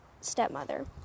stepmother